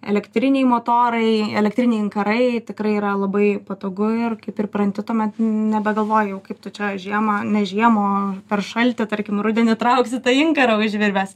elektriniai motorai elektriniai inkarai tikrai yra labai patogu ir kai pripranti tuomet nebegalvoji jau kaip tu čia žiemą ne žiemą o per šaltį tarkim rudenį trauksi tą inkarą už virvės